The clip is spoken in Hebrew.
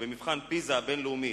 שבמבחן "פיזה" הבין-לאומי,